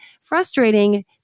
frustrating